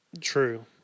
True